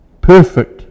perfect